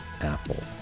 Apple